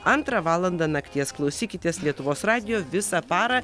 antrą valandą nakties klausykitės lietuvos radijo visą parą